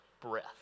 breath